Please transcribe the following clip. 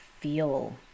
feel